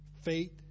faith